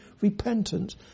repentance